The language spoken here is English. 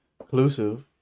inclusive